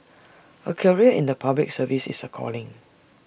A career in the Public Service is A calling